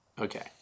okay